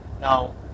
Now